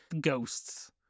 ghosts